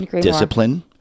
discipline